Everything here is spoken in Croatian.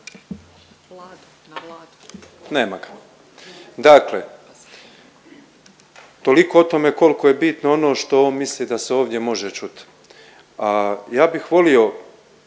Nema ga. Dakle, toliko o tome koliko je bitno ono što on misli da se ovdje može čut. A ja bih volio